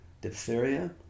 diphtheria